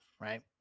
right